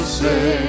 say